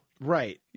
Right